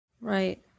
right